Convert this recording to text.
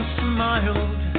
smiled